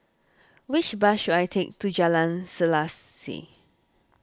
which bus should I take to Jalan Selaseh